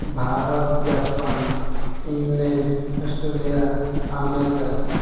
Bharat Japan England Australia America